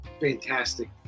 fantastic